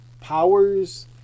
powers